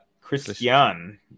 Christian